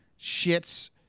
shits